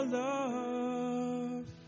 love